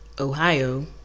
Ohio